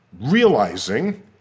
realizing